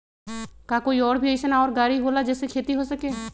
का कोई और भी अइसन और गाड़ी होला जे से खेती हो सके?